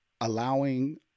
Allowing